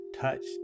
touched